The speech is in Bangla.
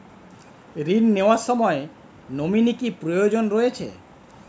ঋণ নেওয়ার সময় নমিনি কি প্রয়োজন রয়েছে?